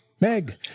Meg